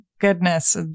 goodness